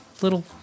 little